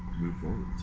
move forward,